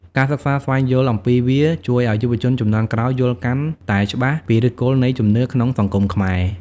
ការសិក្សាស្វែងយល់អំពីវាជួយឲ្យយុវជនជំនាន់ក្រោយយល់កាន់តែច្បាស់ពីឫសគល់នៃជំនឿក្នុងសង្គមខ្មែរ។